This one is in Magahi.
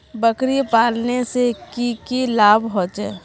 बकरी पालने से की की लाभ होचे?